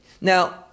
Now